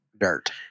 dirt